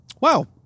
Wow